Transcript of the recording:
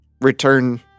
return